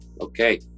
okay